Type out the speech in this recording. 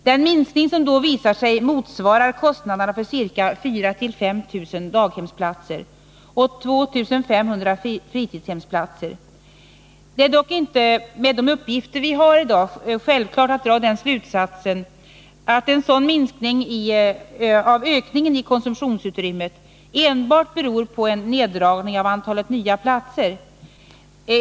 Den minskning som då visar sig motsvarar kostnaderna för ca 4 000-5 000 daghemsplatser och 2 500 fritidshemsplatser. Det är dock inte, med de uppgifter vi har i dag, självklart att dra den slutsatsen att en sådan minskning av ökningen i konsumtionsutrymmet beror enbart på en neddragning av antalet nya platser.